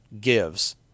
gives